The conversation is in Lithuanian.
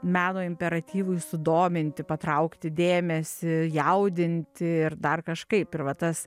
meno imperatyvui sudominti patraukti dėmesį jaudinti ir dar kažkaip ir va tas